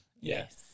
yes